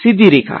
સીધી રેખા